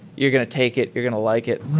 you're going to take it. you're going to like it.